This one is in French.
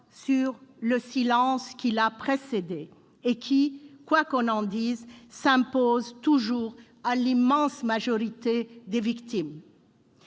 sur le silence qui l'a précédé et qui, quoi qu'on dise, s'impose toujours à l'immense majorité des victimes.